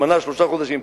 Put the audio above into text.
שלושה חודשים,